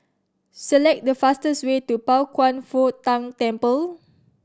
select the fastest way to Pao Kwan Foh Tang Temple